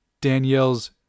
Danielle's